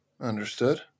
Understood